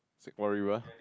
Singapore-River